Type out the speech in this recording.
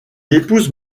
épouse